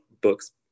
books